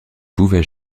pouvais